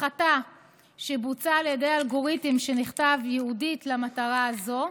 הפחתה שבוצעה על ידי אלגוריתם שנכתב ייעודית למטרה הזאת.